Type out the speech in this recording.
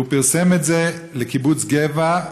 הוא פרסם את זה לקיבוץ גבע,